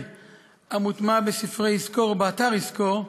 המוטמע בספרי "יזכור" ובאתר "יזכור"